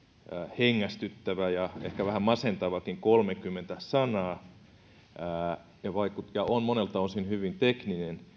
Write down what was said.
hengästyttävä ja ehkä vähän masentavakin kolmekymmentä sanaa ja monelta osin hyvin tekninen